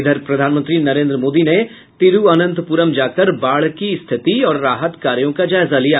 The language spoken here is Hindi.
इधर प्रधानमंत्री नरेन्द्र मोदी ने तिरूवनन्तपुरम जाकर बाढ़ की स्थिति और राहत कार्यो का जायजा लिया